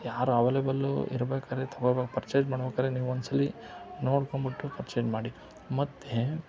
ಯಾರೂ ಅವೇಲೆಬಲ್ಲು ಇರ್ಬೇಕಾದ್ರೆ ತಗೋಬೇಕು ಪರ್ಚೇಸ್ ಮಾಡ್ಬೇಕಾದ್ರೆ ನೀವು ಒಂದ್ಸಲ ನೋಡ್ಕೊಂಬಿಟ್ಟು ಪರ್ಚೇಸ್ ಮಾಡಿ ಮತ್ತು